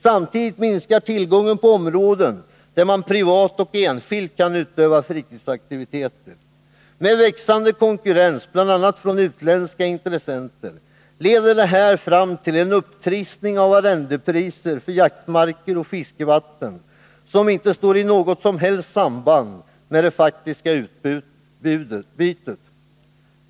Samtidigt minskar tillgången på områden där man privat och enskilt kan utöva fritidsaktiviteter. Med växande konkurrens, bl.a. från utländska intressenter, leder detta till en upptrissning av arrendepriser för jaktmarker och fiskevatten som inte står inågot som helst samband med det faktiska utbytet.